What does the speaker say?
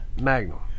magnum